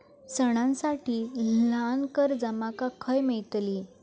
सणांसाठी ल्हान कर्जा माका खय मेळतली?